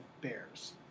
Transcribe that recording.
bears